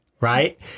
right